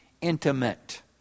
intimate